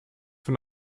von